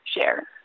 share